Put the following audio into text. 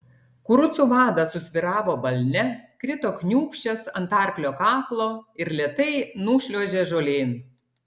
kurucų vadas susvyravo balne krito kniūbsčias ant arklio kaklo ir lėtai nušliuožė žolėn